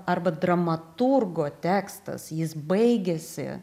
arba dramaturgo tekstas jis baigiasi